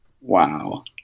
Wow